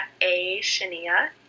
A-Shania